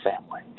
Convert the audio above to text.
family